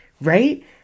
Right